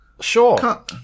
sure